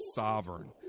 sovereign